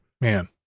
Man